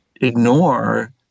ignore